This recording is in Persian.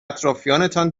اطرافیانتان